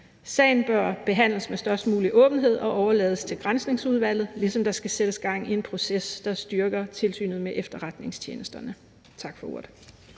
Sagen bør behandles med størst mulig åbenhed og overlades til Granskningsudvalget, ligesom der skal sættes gang i en proces, der styrker Tilsynet med Efterretningstjenesterne.« (Forslag